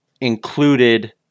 included